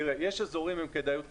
יש אזורים עם כדאיות כלכלית.